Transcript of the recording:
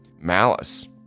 malice